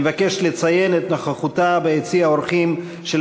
אני מבקש לציין את נוכחותה ביציע האורחים של